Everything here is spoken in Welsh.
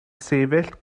sefyll